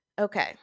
Okay